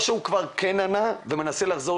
או שהוא כברכן ענה והוא מנסה לחזור